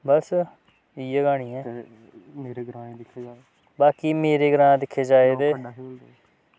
बस इयै क्हानी ऐ बाकी मेरे ग्राएं दिक्खे जाए ते